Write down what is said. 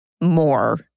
more